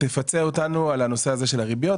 תפצה אותנו על הנושא הזה של הריביות.